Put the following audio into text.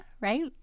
right